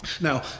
Now